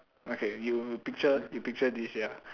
okay you picture you picture this ya